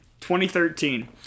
2013